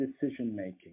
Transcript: decision-making